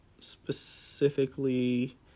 Specifically